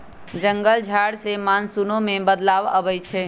जंगल झार से मानसूनो में बदलाव आबई छई